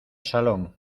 salón